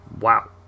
Wow